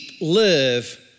live